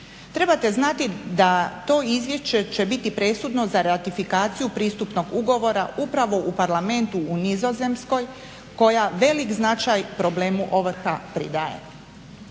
Trebate znati da to izvješće će biti presudno za ratifikaciju pristupnog ugovora upravo u Parlamentu u Nizozemskoj koja velik značaj problemu ovrha pridaje.